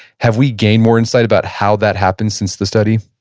have we gained more insight about how that happens since the study?